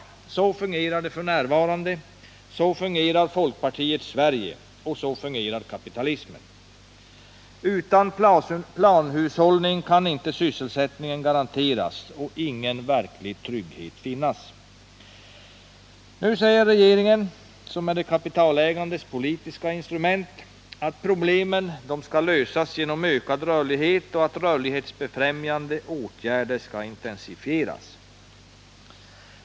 Så fungerar det f. n. Så fungerar folkpartiets Sverige. Så fungerar kapitalismen. Utan planhushållning kan inte sysselsättningen garanteras och ingen verklig trygghet vinnas. Nu säger regeringen, som är de kapitalägandes politiska instrument, att problemen skall lösas genom ökad rörlighet och att rörlighetsbefrämjande åtgärder skall intensifieras.